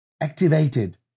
activated